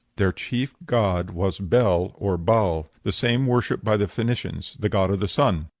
their chief god was bel or baal the same worshipped by the phoenicians the god of the sun.